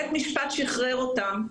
בית המשפט שחרר אותם.